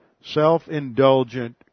self-indulgent